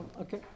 Okay